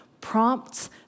prompts